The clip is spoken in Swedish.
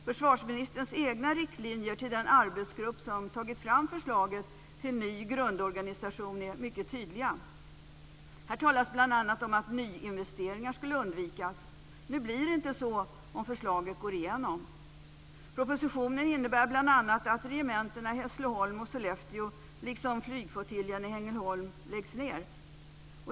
Försvarsministerns egna riktlinjer till den arbetsgrupp som har tagit fram förslaget till nu grundorganisation är mycket tydliga. Här talades det bl.a. om att nyinvesteringar skulle undvikas. Nu blir det inte så, om förslaget går igenom. Hässleholm och Sollefteå liksom flygflottiljen i Ängelholm läggs ned.